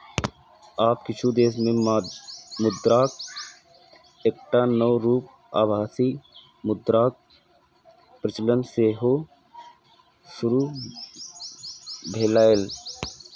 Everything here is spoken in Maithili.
आब किछु देश मे मुद्राक एकटा नव रूप आभासी मुद्राक प्रचलन सेहो शुरू भेलैए